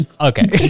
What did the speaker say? Okay